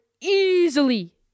easily